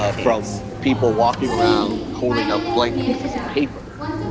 ah from people walking around, holding up blank pieces of paper,